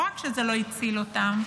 לא רק שזה לא הציל אותם,